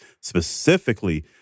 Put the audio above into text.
specifically